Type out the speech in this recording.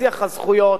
שיח הזכויות